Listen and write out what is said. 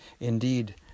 Indeed